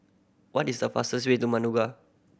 what is the fastest way to Managua